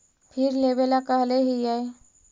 फिर लेवेला कहले हियै?